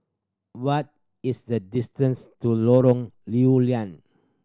what is the distance to Lorong Lew Lian